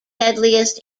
deadliest